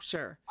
Sure